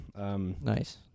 Nice